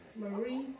Marie